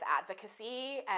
advocacy